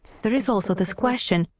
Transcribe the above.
there is also this question,